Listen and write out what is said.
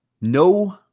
no